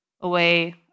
away